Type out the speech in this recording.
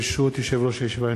ברשות יושב-ראש הישיבה,